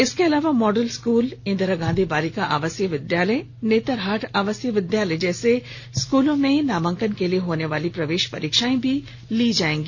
इसके अलावा model school Indira Gandhi बालिका आवासीय विद्यालय नेतरहाट आवासीय विद्यालय जैसे स्कूलों में नामांकन के लिए होनेवाली प्रवेश परीक्षाएं भी ली जायेंगी